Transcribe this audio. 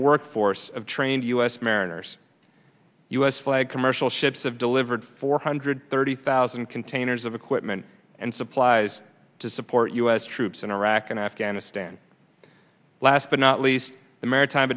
a workforce of trained u s mariners u s flagged commercial ships have delivered four hundred thirty thousand containers of equipment and supplies to support us troops in iraq and afghanistan last but not least the maritime